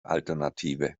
alternative